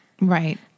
Right